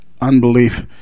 Unbelief